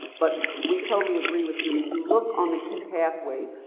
but we totally agree with you and if you look on the key pathways,